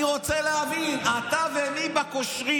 אני רוצה להבין, אתה ומי בקושרים?